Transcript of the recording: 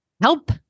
help